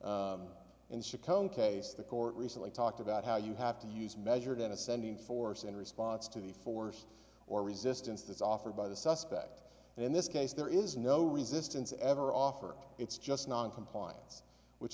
in chicago in case the court recently talked about how you have to use measured in ascending force in response to the force or resistance that's offered by the suspect in this case there is no resistance ever offer it's just noncompliance which